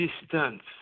distance